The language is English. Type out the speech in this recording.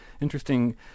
Interesting